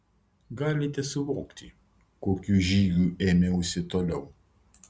galite suvokti kokių žygių ėmiausi toliau